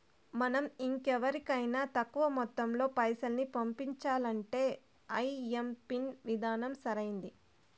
మనం ఇంకెవరికైనా తక్కువ మొత్తంలో పైసల్ని పంపించాలంటే ఐఎంపిన్ విధానం సరైంది